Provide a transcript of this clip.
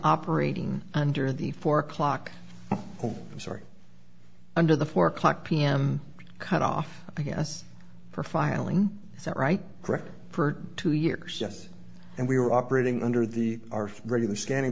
operating under the four o'clock oh i'm sorry under the four o'clock pm cut off i guess for filing is that right correct for two years yes and we were operating under the our regular scanning